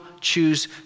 choose